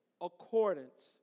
accordance